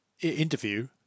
Interview